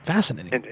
Fascinating